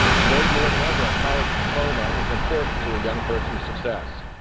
today, more than ever, a college diploma is important to a young person's success.